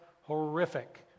horrific